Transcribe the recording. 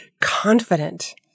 confident